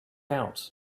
out